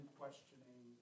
questioning